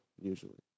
usually